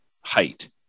height